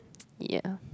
ya